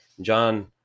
John